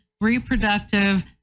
reproductive